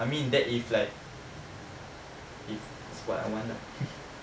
I mean that if like is what I want lah